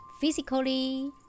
physically